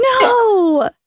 No